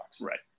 Right